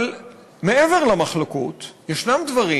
אבל מעבר למחלוקות יש דברים,